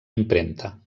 impremta